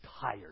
tired